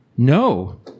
No